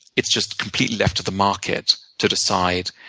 it's just completely left to the market to decide,